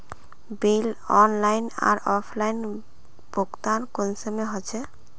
Bill online आर offline भुगतान कुंसम होचे?